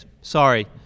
Sorry